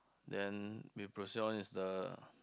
then we proceed on is the